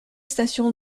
station